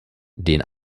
den